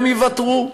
הם יוותרו.